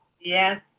Yes